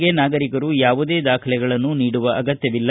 ಗೆ ನಾಗರಿಕರು ಯಾವುದೇ ದಾಖಲೆಗಳನ್ನು ನೀಡುವ ಅಗತ್ತವಿಲ್ಲ